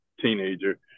teenager